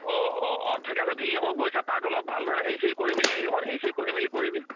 অঁ অঁ অঁ আচ্ছা ঠিক আছে ঠিক আকৌ গৈছে তাক অলপ ভালদৰে হেৰি কৰি মেলি অকণ হেৰি চেৰি কৰি মেলি কৰিবি